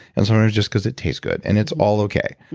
and sometimes just because it tastes good and it's all okay.